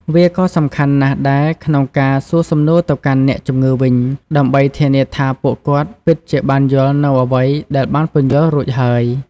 វាក៏សំខាន់ណាស់ដែរក្នុងការសួរសំណួរទៅកាន់អ្នកជំងឺវិញ ដើម្បីធានាថាពួកគាត់ពិតជាបានយល់នូវអ្វីដែលបានពន្យល់រួចហើយ។